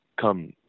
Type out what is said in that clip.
come